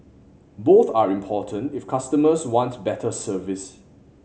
both are important if customers want better service